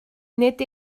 nid